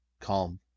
Calm